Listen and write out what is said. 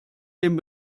den